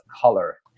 color